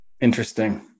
Interesting